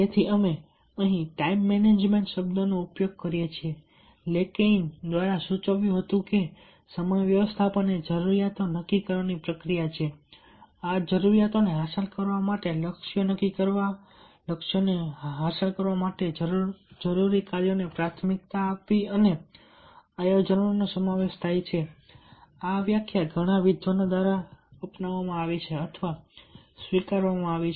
તેથી અમે time management શબ્દનો ઉપયોગ કરીએ છીએ લેકેઈન સૂચવ્યું હતું કે સમય વ્યવસ્થાપન એ જરૂરિયાતો નક્કી કરવાની પ્રક્રિયા છે આ જરૂરિયાતોને હાંસલ કરવા માટે લક્ષ્યો નક્કી કરવા આ લક્ષ્યોને હાંસલ કરવા માટે જરૂરી કાર્યોને પ્રાથમિકતા અને આયોજનનો સમાવેશ થાય છે અને આ વ્યાખ્યા ઘણા વિદ્વાનો દ્વારા અપનાવવામાં આવી છે અથવા સ્વીકારવામાં આવી છે